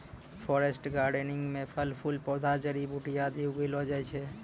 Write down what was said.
forest gardening म फल फूल पौधा जड़ी बूटी आदि उगैलो जाय छै